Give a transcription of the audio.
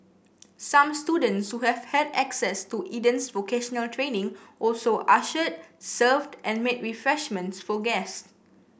some students who have had access to Eden's vocational training also ushered served and made refreshments for guests